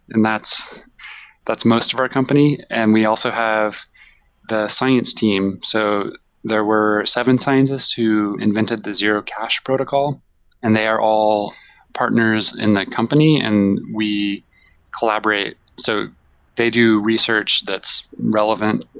and that's that's most of our company. and we also have the science team. so there were seven scientists who invented the zero-cash protocol and they are all partners in that company, and we collaborate. so they do research that's relevant,